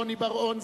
רוני בר-און,